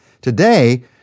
Today